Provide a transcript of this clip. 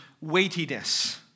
weightiness